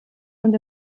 und